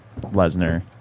lesnar